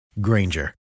Granger